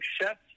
accept